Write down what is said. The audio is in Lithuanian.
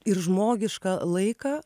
ir žmogišką laiką